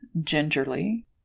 gingerly